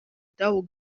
tavu